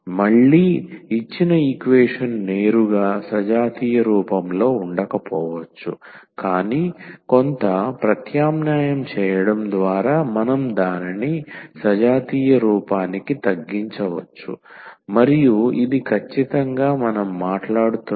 మళ్ళీ ఇచ్చిన ఈక్వేషన్ నేరుగా సజాతీయ రూపంలో ఉండకపోవచ్చు కానీ కొంత ప్రత్యామ్నాయం చేయడం ద్వారా మనం దానిని సజాతీయ రూపానికి తగ్గించవచ్చు మరియు ఇది ఖచ్చితంగా మనం మాట్లాడుతున్న ఈక్వేషన్